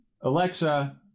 Alexa